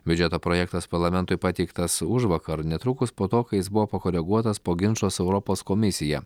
biudžeto projektas parlamentui pateiktas užvakar netrukus po to kai jis buvo pakoreguotas po ginčo su europos komisija